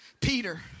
Peter